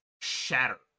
shatter